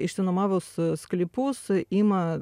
išsinuomovus sklypus ima